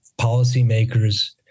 policymakers